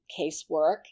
casework